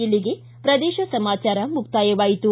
ಇಲ್ಲಿಗೆ ಪ್ರದೇಶ ಸಮಾಚಾರ ಮುಕ್ತಾಯವಾಯಿತು